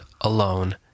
alone